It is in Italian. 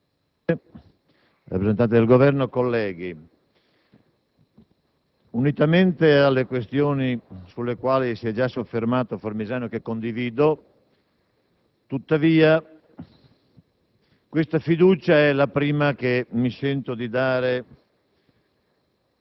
Presidente, rappresentanti del Governo, colleghi, unitamente alle questioni sulle quali si è già soffermato il senatore Formisano e che condivido, devo dire che questa fiducia è la prima che mi sento di dare